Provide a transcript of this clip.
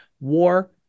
War